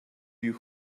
you